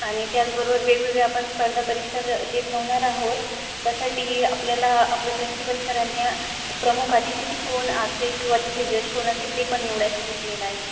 आणि त्याचबरोबर वेगवेगळ्या आपण स्पर्धा परीक्षा ज जे ठेवणार आहोत त्यासाठी आपल्याला आपल्या प्रिन्सिपल सरांनी प्रमुख अतीतिथी कोण असेल किंवा तिथे जज कोण असेल ते पण निवडा सांगितलेलं आहे